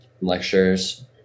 lectures